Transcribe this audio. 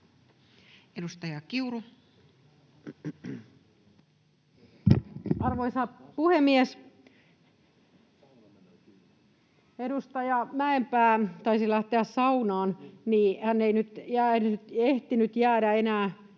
Content: Arvoisa puhemies! Edustaja Mäenpää taisi lähteä saunaan, niin hän ei nyt ehtinyt jäädä enää